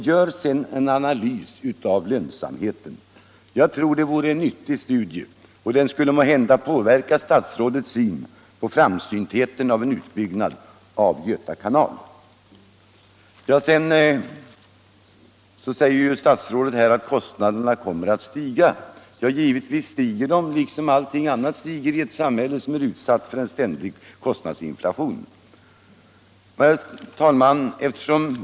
Gör sedan en analys av lönsamheten! Jag tror att det skulle vara en viktig studie, som måhända skulle påverka statsrådets syn på framsyntheten av en utbyggnad av Göta kanal. Statsrådet säger att kostnaderna kommer att stiga. Ja, givetvis stiger de liksom allt annat i ett samhälle, som är utsatt för en ständig kost nadsinflation. Herr talman!